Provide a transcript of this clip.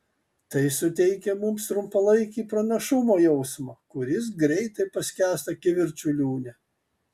tai suteikia mums trumpalaikį pranašumo jausmą kuris greitai paskęsta kivirčų liūne